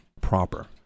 proper